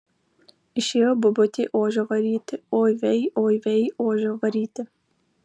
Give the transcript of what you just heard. išėjo bobutė ožio varyti oi vei oi vei ožio varyti